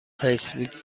فیسبوک